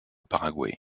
paraguay